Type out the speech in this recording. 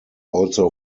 also